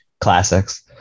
classics